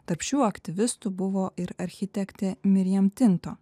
tarp šių aktyvistų buvo ir architektė miriem tinto